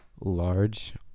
large